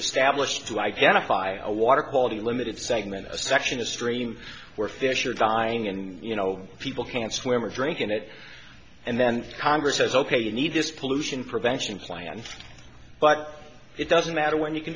establish to identify a water quality limited segment of a section of stream where fish are dying and you know people can't swim or drink in it and then congress says ok you need this pollution prevention plan but it doesn't matter when you can